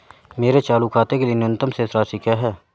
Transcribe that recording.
मेरे चालू खाते के लिए न्यूनतम शेष राशि क्या है?